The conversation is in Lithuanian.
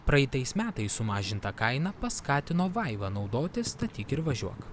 praeitais metais sumažinta kaina paskatino vaivą naudotis statyk ir važiuok